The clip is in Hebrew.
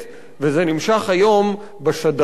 וזה נמשך היום בשדרים,